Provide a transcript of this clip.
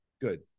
Good